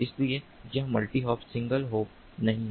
इसलिए यह multi hop single hop नहीं है